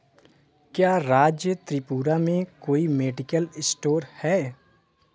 क्या राज्य त्रिपुरा में कोई मेडिकल इस्टोर है